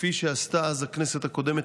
כפי שעשתה אז הכנסת הקודמת.